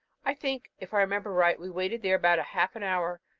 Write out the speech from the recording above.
i think, if i remember right, we waited there about half an hour,